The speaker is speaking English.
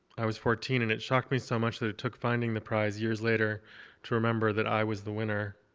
i was fourteen and it shocked me so much that it took finding the prize years later to remember that i was the winner.